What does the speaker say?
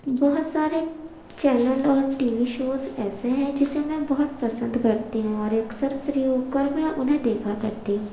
بہت سارے چینل اور ٹی وی شوز ایسے ہیں جسے میں بہت پسند کرتی ہوں اور اکثر فری ہو کر میں انہیں دیکھا کرتی ہوں